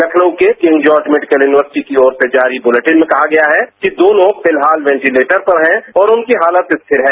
लखनऊ के King George Medical University की ओर से जारी बूलेटिन में कहा गया है कि दोनों फिलहाल वेंटीलेटर पर हैं और उनकी हालत स्थिर है